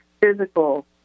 physical